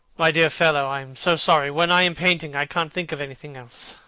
my dear fellow, i am so sorry. when i am painting, i can't think of anything else.